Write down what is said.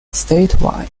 statewide